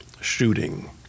shooting